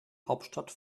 hauptstadt